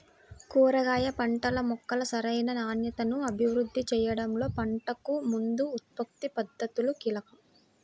కూరగాయ పంటల యొక్క సరైన నాణ్యతను అభివృద్ధి చేయడంలో పంటకు ముందు ఉత్పత్తి పద్ధతులు కీలకం